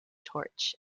torch